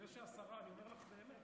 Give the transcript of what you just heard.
אני אומר לך באמת,